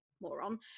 Moron